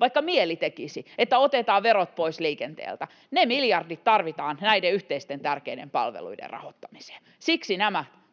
vaikka mieli tekisi — joissa otetaan verot pois liikenteeltä. Ne miljardit tarvitaan näiden yhteisten tärkeiden palveluiden rahoittamiseen. Siksi